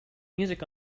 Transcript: music